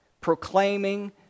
proclaiming